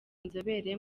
inzobere